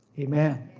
amen.